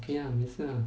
okay ah 没事 ah